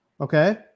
Okay